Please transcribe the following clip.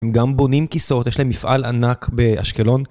הם גם בונים כיסאות, יש להם מפעל ענק באשקלון.